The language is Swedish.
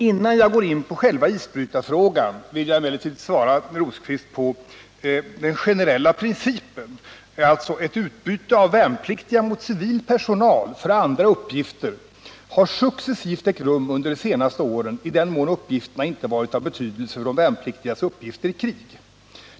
Innan jag går in på själva isbrytarfrågan vill jag emellertid svara Birger Rosqvist på frågan om den generella principen: Ett utbyte av värnpliktiga mot civil personal för andra uppgifter har successivt ägt rum under de senaste åren i den mån uppgifterna inte varit av betydelse för de värnpliktigas uppgifter i krig.